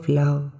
love